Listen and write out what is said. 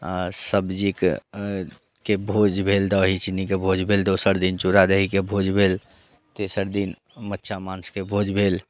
आ सब्जीक के भोज भेल दही चिन्नीके भोज भेल दोसर दिन चूड़ा दहीके भोज भेल तेसर दिन मच्छा माँसके भोज भेल